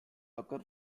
occur